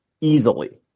easily